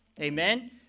Amen